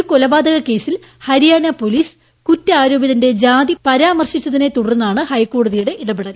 ഒരു കൊലപാതക കേസിൽ ഹരിയാന പോലീസ് കുറ്റാരോപിതന്റെ ജാതി പരാമർശിച്ചതിനെ തുടർന്നാണ് ഹൈക്കോടതിയുടെ ഇടപെടൽ